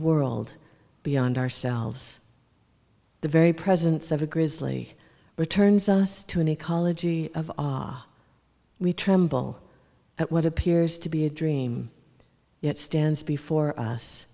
world beyond ourselves the very presence of a grizzly returns us to an ecology of our we tremble at what appears to be a dream that stands before us